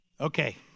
Okay